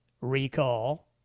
recall